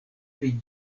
pri